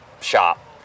shop